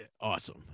Awesome